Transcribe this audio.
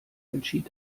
entschied